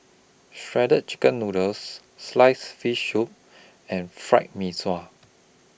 Shredded Chicken Noodles Sliced Fish Soup and Fried Mee Sua